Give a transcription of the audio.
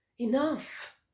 Enough